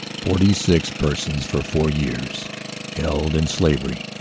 forty-six persons for four years held in slavery,